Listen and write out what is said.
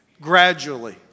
gradually